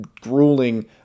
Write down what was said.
grueling